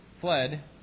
fled